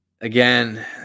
again